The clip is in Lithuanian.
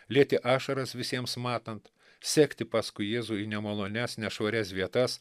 lieti ašaras visiems matant sekti paskui jėzų į nemalonias nešvarias vietas